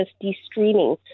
de-streaming